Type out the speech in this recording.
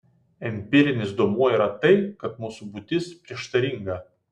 empirinis duomuo yra tai kad mūsų būtis prieštaringa